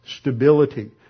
stability